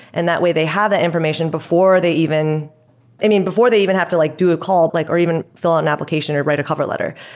and that way they have that information before they even i mean, before they even have to like do a call like or even fill out an application or write a cover letter.